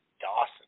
Dawson